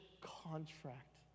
contract